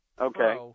okay